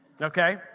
Okay